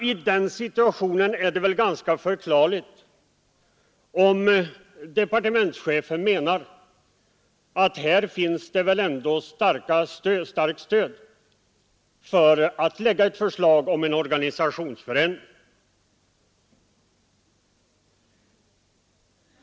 I den situationen är det väl ganska förklarligt att departementschefen anser att det finns starka skäl att föreslå en organisationsförändring.